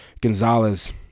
Gonzalez